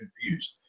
confused